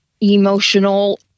emotional